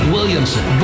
Williamson